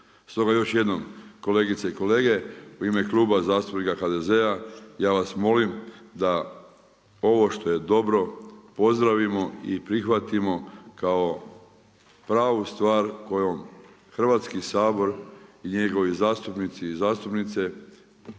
Stoga još jednom, kolegice i kolege, u ime Kluba zastupnika HDZ-a ja vas molim da ovo što je dobro pozdravimo i prihvatimo kao pravu stvar kojom Hrvatski sabor i njegove zastupnice i zastupnici